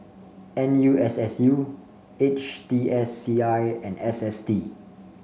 N U S S U H T S C I and S S T